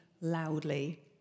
loudly